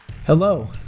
Hello